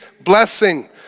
blessing